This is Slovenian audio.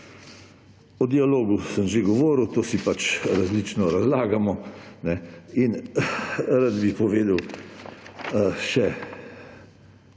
O dialogu sem že govoril. To si pač različno razlagamo. Rad bi povedal